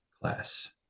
class